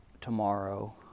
tomorrow